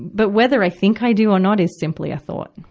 but whether i think i do or not is simply a thought,